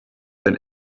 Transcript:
than